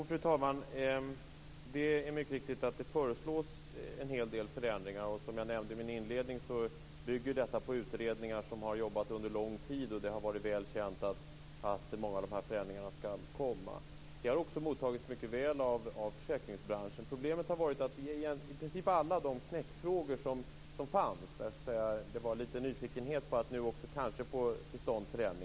Fru talman! Det är riktigt att en hel del förändringar föreslås. Som jag nämnde i min inledning bygger de på utredningar som har jobbat under lång tid. Det har varit väl känt att många av förändringarna skall komma. De har också mottagits väl av försäkringsbranschen. När det gäller knäckfrågorna har det funnits en nyfikenhet på förändringar som kanske skulle komma till stånd.